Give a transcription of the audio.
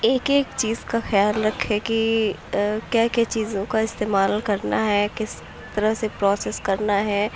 ایک ایک چیز کا خیال رکھیں کہ کیا کیا چیزوں کا استعمال کرنا ہے کس طرح سے پروسس کرنا ہے